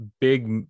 big